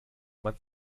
man